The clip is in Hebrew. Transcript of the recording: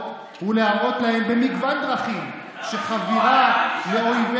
ולהראות להם במגוון דרכים -- למה שימוע?